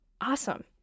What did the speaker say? awesome